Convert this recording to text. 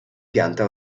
pianta